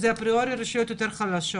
אלה רשויות יותר חלשות.